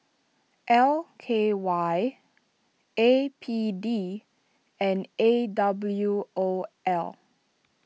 L K Y A P D and A W O L